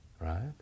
right